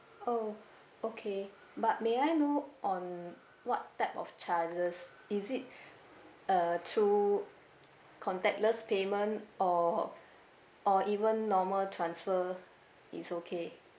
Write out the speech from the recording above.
oh okay but may I know on what type of charges is it uh through contactless payment or or even normal transfer is okay